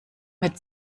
mit